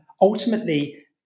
Ultimately